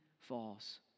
falls